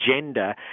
gender